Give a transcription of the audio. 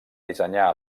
dissenyar